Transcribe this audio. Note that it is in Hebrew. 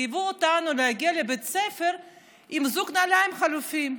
חייבו אותנו להגיע לבית הספר עם זוג נעליים חלופיות.